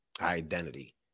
identity